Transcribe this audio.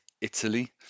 Italy